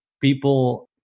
people